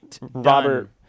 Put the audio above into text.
Robert